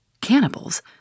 Cannibals